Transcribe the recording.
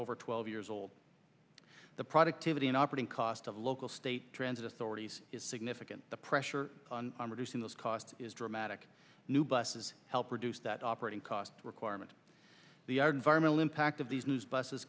over twelve years old the productivity in operating cost of local state transit authorities is significant the pressure on reducing those costs is dramatic new buses help reduce that operating cost requirement the our environmental impact of these news buses